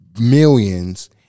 millions